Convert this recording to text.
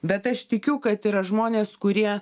bet aš tikiu kad yra žmonės kurie